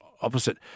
opposite